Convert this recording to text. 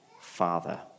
Father